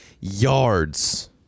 yards